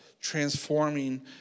transforming